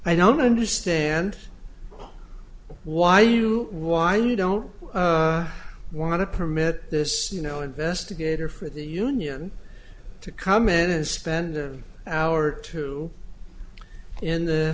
i don't understand why you why you don't want to permit this you know investigator for the union to come in and spend our two in the